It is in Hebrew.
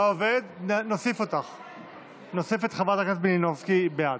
לא עובד, נוסיף את חברת הכנסת מלינובסקי בעד.